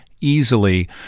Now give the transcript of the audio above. easily